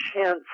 chance